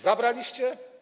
Zabraliście?